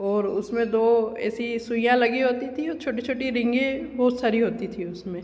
और उसमें दो ऐसे सुइयां लगी होती थी छोटी छोटी रिंगें बहुत सारी होती थी उसमें